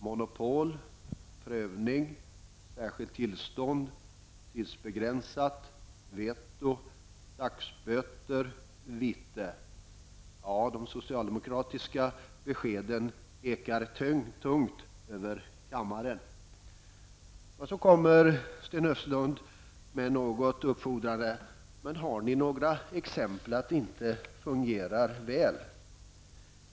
Monopol, prövning, särskilt tillstånd, tidsbegränsat, veto, dagsböter, vite, ja, de socialdemokratiska beskeden ekar tungt över kammaren. Sedan säger Sten Östlund något uppfordrande: Har ni några exempel på att det inte fungerar väl?